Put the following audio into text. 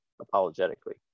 apologetically